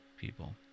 people